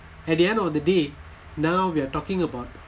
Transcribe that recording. at the end of the day now we're talking about